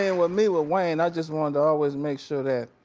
and with me with wayne, i just wanted to always make sure that.